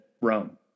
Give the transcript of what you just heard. Rome